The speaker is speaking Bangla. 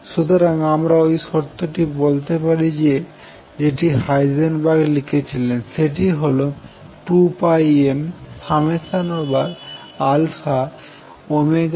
সুতরাং আমরা ওই শর্তটি বলতে পারি যেটি হাইজেনবার্গ লিখেছিলেন সেটি হল 2 m nαn